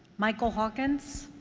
michael hawkins?